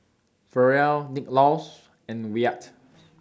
Ferrell Nicklaus and Wyatt